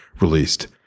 released